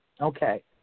Okay